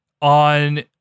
on